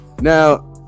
Now